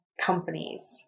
companies